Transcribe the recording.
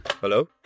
Hello